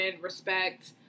respect